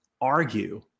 argue